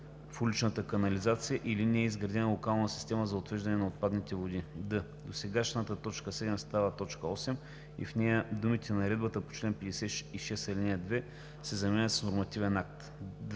в уличната канализация или не е изградена локална система за отвеждане на отпадните води;“ д) досегашната т. 7 става т. 8 и в нея думите „наредбата по чл. 56, ал. 2“ се заменят с „нормативен акт“.